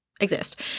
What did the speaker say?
exist